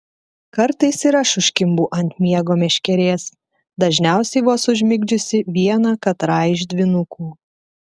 kartais ir aš užkimbu ant miego meškerės dažniausiai vos užmigdžiusi vieną katrą iš dvynukų